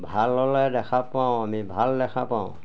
ভাল হ'লে দেখা পাওঁ আমি ভাল দেখা পাওঁ